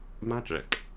magic